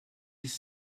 have